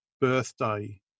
birthday